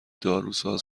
داروساز